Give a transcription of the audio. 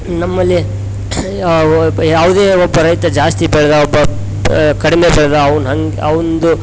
ನಮ್ಮಲ್ಲಿ ಯಾವ ಬೆ ಯಾವುದೇ ಒಬ್ಬ ರೈತ ಜಾಸ್ತಿ ಬೆಳೆದೆ ಒಬ್ಬ ಕಡಿಮೆ ಬೆಳೆದ ಅವ್ನು ಹಂಗೆ ಅವ್ನುದ್ದು